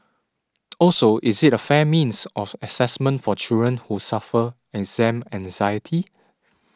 also is it a fair means of assessment for children who suffer exam anxiety